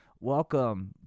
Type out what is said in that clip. Welcome